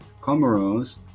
Comoros